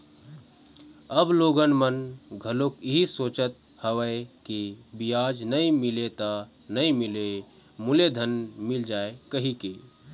अब लोगन मन घलोक इहीं सोचत हवय के बियाज नइ मिलय त मत मिलय मूलेधन मिल जाय कहिके